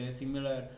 similar